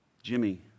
Jimmy